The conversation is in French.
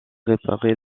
réparée